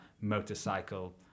motorcycle